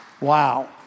Wow